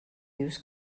dius